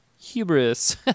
Hubris